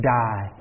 die